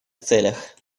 целях